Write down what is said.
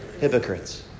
hypocrites